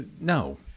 no